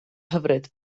hyfryd